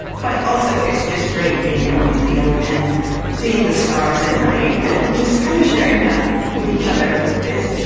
but also it's just great being out in the field and seeing the stars at night and just kind of sharing that with each other is,